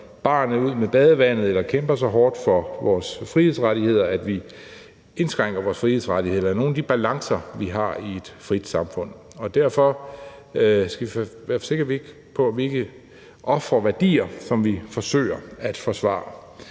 barnet ud med badevandet eller kæmper så hårdt for vores frihedsrettigheder, at vi indskrænker vores frihedsrettigheder eller nogle af de balancer, som vi har i et frit samfund, og derfor skal vi være sikre på, at vi ikke ofrer værdier, som vi forsøger at forsvare.